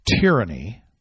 tyranny